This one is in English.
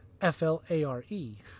F-L-A-R-E